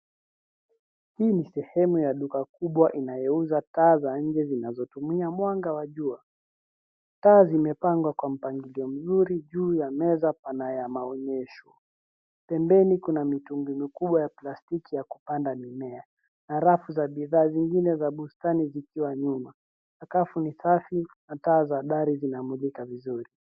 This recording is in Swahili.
Hii ni sehemu ya duka kubwa inayouza taa za nje zinazotumia mwanga wa jua. Taa zimepangwa kwa mpangilio mzuri, juu ya meza pana ya maonyesho. Pembeni, kuna mitungi mikubwa ya plastiki ya kupanda mimea na rafu za bidhaa zingine za bustani zikiwa nyuma. Sakafu ni safi na taa za dari zinamulika vizuri.